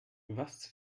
was